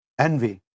Envy